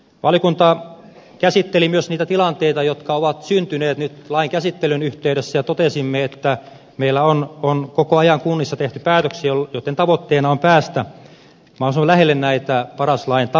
valiokunta käsitteli myös niitä tilanteita jotka ovat syntyneet nyt lain käsittelyn yhteydessä ja totesimme että meillä on koko ajan kunnissa tehty päätöksiä joitten tavoitteena on päästä mahdollisimman lähelle näitä paras lain tavoitteita